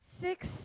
Six